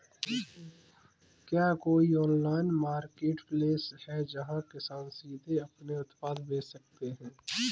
क्या कोई online marketplace है जहाँ किसान सीधे अपने उत्पाद बेच सकते हैं?